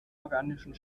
organischen